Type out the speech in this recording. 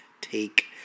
take